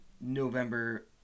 November